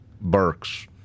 Burks